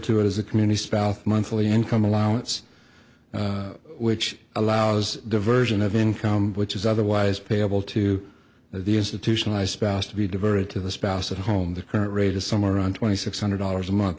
to as a community monthly income allowance which allows diversion of income which is otherwise payable to the institutionalized spouse to be diverted to the spouse at home the current rate is somewhere around twenty six hundred dollars a month